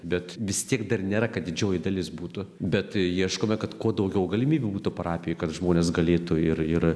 bet vis tiek dar nėra kad didžioji dalis būtų bet ieškome kad kuo daugiau galimybių būtų parapijai kad žmonės galėtų ir ir